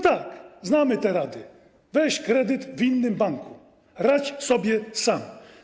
Tak, znamy te rady: weź kredyt w innym banku, radź sobie sam.